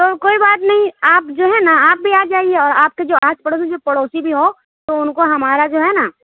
تو کوئی بات نہیں آپ جو ہے نہ آپ بھی آجائیے اور آپ کے جو آس پڑوس میں جو پڑوسی بھی ہو تو اُن کو ہمارا جو ہے نا